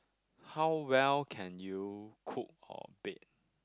how well can you cook or bake